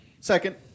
Second